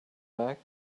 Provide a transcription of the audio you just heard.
back